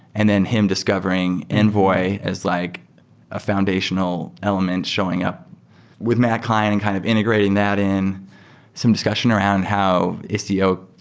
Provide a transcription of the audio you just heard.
and then him discovering envoy is like a foundational element showing up with matt klein and kind of integrating that in some discussion around how istio